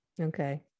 Okay